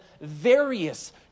various